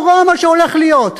נורא מה שהולך להיות.